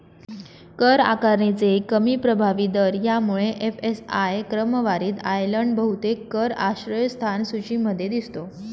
कर आकारणीचे कमी प्रभावी दर यामुळे एफ.एस.आय क्रमवारीत आयर्लंड बहुतेक कर आश्रयस्थान सूचीमध्ये दिसतो